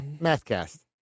Mathcast